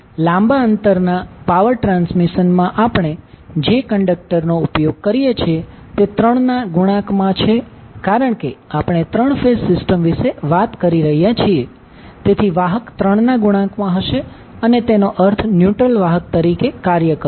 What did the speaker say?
તેથી લાંબા અંતરના પાવર ટ્રાન્સમિશન માં આપણે જે કંડક્ટર નો ઉપયોગ કરીએ છીએ તે ત્રણના ગુણાકમાં છે કારણ કે આપણે 3 ફેઝ સિસ્ટમ વિશે વાત કરી રહ્યા છીએ તેથી વાહક ત્રણના ગુણાકમાં હશે અને અર્થ ન્યુટ્રલ વાહક તરીકે કાર્ય કરશે